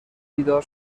بیدار